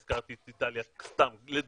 הזכרתי את איטליה לדוגמה,